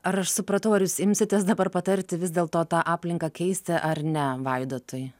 ar aš supratau ar jūs imsitės dabar patarti vis dėlto tą aplinką keisti ar ne vaidotui